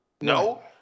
No